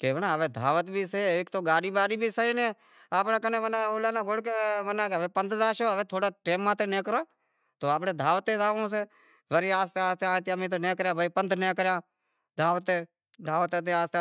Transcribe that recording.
اے بھینڑاں دعوت بھی سے، ہیک تو گاڈی باڈی بھی سے نائیں، آئیں پندہ زاشو تھوڑا ٹیم ماتھو نیکرو تو آپاں نیں دعوت تے زانوڑو سے وڑی آہستے آہستے تو امیں نیکریا پندہ نیکریا دعوت تے، دعوت